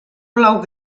blau